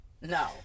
No